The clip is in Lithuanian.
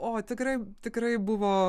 o tikrai tikrai buvo